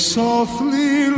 softly